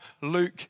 Luke